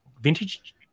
vintage